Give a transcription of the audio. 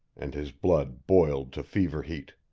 and his blood boiled to fever heat.